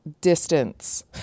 Distance